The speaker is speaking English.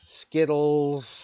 skittles